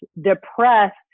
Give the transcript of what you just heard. depressed